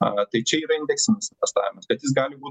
a tai čia yra ilgesnis investavimas bet jis gali būt